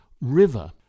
River